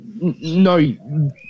no